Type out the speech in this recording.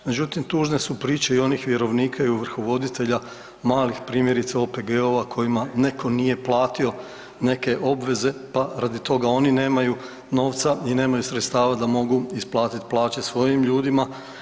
Međutim, tužne su priče i onih vjerovnika i ovrhovoditelja, malih primjerice OPG-ova kojima neko nije platio neke obveze, pa radi toga oni nemaju novca i nemaju sredstava da mogu isplatit plaće svojim ljudima.